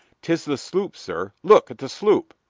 tis the sloop, sir! look at the sloop!